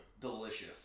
delicious